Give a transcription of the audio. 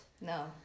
No